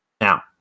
Now